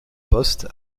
poste